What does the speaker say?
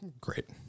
Great